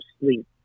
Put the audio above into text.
sleep